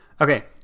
Okay